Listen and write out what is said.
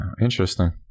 interesting